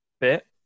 bit